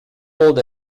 old